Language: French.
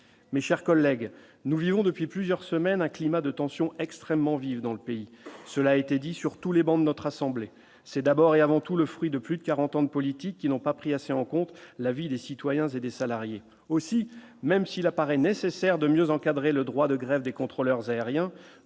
mes chers collègues, nous vivons depuis plusieurs semaines, un climat de tensions extrêmement vives dans le pays, cela a été dit sur tous les bancs de notre assemblée, c'est d'abord et avant tout le fruit de plus de 40 ans de politiques qui n'ont pas pris assez en compte la vie des citoyens et des salariés aussi, même s'il apparaît nécessaire de mieux encadrer le droit de grève des contrôleurs aériens,